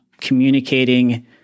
communicating